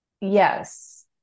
Yes